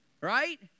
Right